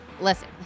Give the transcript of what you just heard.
Listen